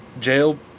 jail